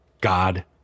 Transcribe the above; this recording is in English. God